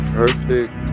perfect